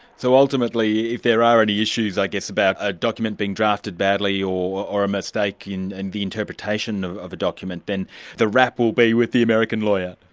so ultimately, if there are any issues i guess about a document being drafted badly or a mistake in and the interpretation of of a document, then the rap will be with the american lawyer?